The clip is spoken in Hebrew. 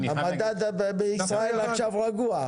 המדד בישראל עכשיו רגוע.